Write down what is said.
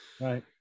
Right